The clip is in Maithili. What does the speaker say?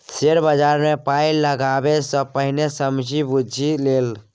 शेयर बजारमे पाय लगेबा सँ पहिने समझि बुझि ले